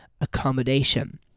accommodation